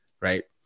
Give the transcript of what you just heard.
Right